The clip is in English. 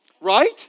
Right